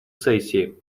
сессии